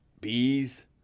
bees